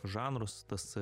žanrus tas